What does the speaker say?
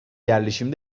yerleşim